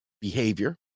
behavior